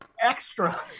extra